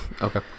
Okay